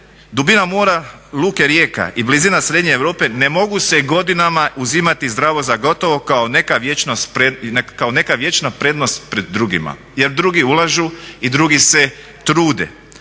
Dubina mora Luke Rijeka i blizina Srednje Europe ne mogu se godinama uzimati zdravo za gotovo kao neka vječna prednost pred drugima jer drugi ulažu i drugi se trude.